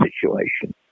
situation